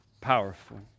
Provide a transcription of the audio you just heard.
powerful